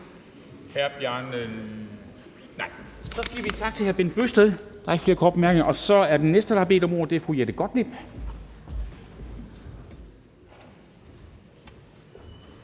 Så siger vi tak til hr. Bent Bøgsted – der er ikke flere korte bemærkninger. Den næste, der har bedt om ordet som ordfører, er fru Jette Gottlieb.